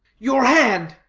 your hand!